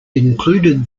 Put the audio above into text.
included